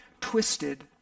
twisted